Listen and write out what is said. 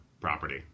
property